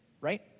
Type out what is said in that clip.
right